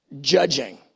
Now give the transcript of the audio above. judging